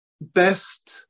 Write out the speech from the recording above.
best